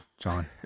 John